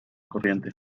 corriente